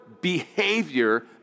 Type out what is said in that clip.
behavior